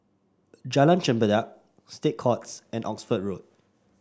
Jalan Chempedak State Courts and Oxford Road